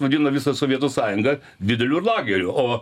vadino visą sovietų sąjungą dideliu lageriu o